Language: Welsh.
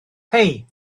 hei